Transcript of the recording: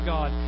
God